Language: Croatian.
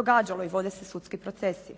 događalo i vode se sudski procesi.